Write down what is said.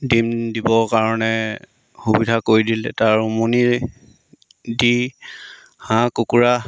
ডিম দিবৰ কাৰণে সুবিধা কৰি দিলে তাৰ উমনি দি হাঁহ কুকুৰা